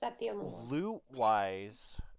loot-wise